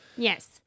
Yes